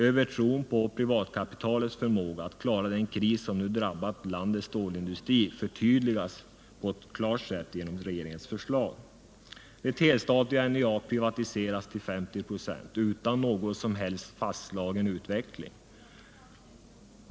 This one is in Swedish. Övertron på privatkapitalets förmåga att klara den kris som nu drabbat landets stålindustri förtydligas genom regeringens förslag. Det helstatliga NJA privatiseras till 50 96 utan någon som helst fastslagen utveckling.